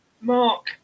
Mark